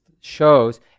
shows